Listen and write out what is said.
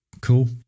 cool